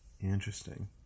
Interesting